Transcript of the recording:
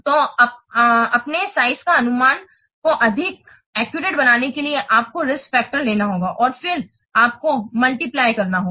तो अपने साइज के अनुमान को अधिक सटीक बनाने के लिए आपको रिस्क्स फैक्टर्स लेना होगा और फिर आपको मल्टीप्लय करना होगा